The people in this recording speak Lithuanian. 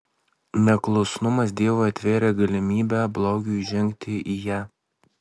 neklusnumas dievui atvėrė galimybę blogiui įžengti į ją